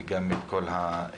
וגם את כל האורחים